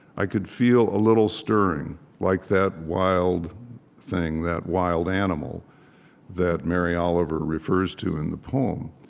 i could feel a little stirring like that wild thing, that wild animal that mary oliver refers to in the poem.